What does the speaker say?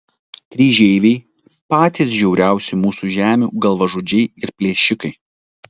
kryžeiviai patys žiauriausi mūsų žemių galvažudžiai ir plėšikai